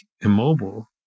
immobile